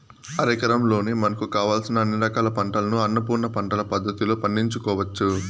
అరెకరంలోనే మనకు కావలసిన అన్ని రకాల పంటలను అన్నపూర్ణ పంటల పద్ధతిలో పండించుకోవచ్చు